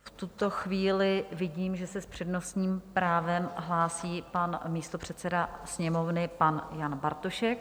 V tuto chvíli vidím, že se s přednostním právem hlásí pan místopředseda Sněmovny Jan Bartošek.